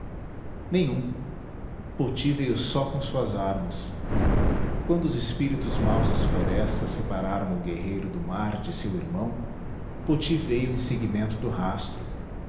valente nenhum poti veio só com suas armas quando os espíritos maus das florestas separaram o guerreiro do mar de seu irmão poti veio em seguimento do rastro